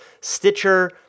Stitcher